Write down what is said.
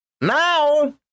Now